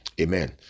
Amen